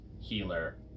healer